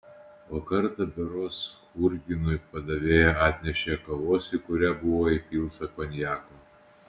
o kartą berods churginui padavėja atnešė kavos į kurią buvo įpilta konjako